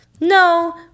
no